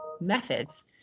methods